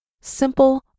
Simple